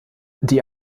die